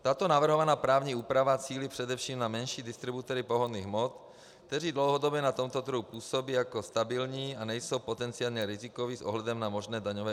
Tato navrhovaná právní úprava cílí především na menší distributory pohonných hmot, kteří dlouhodobě na tomto trhu působí jako stabilní a nejsou potenciálně rizikoví s ohledem na možné daňové úniky.